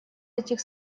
этих